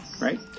right